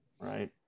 right